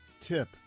tip